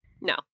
No